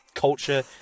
culture